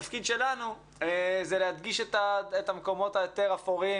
התפקיד שלנו זה להדגיש את המקומות היותר אפורים,